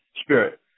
Spirit